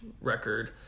record